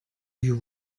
you